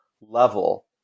level